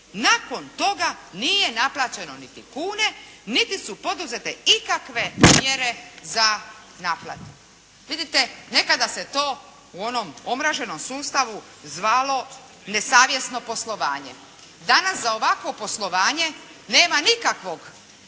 Nakon toga nije naplaćeno niti kune niti su poduzete ikakve mjere za naplatu. Vidite nekada se to u onom omraženom sustavu zvalo nesavjesno poslovanje. Danas za ovakvo poslovanje nema nikakvog